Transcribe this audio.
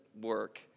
work